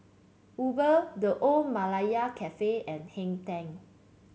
Uber The Old Malaya Cafe and Hang Ten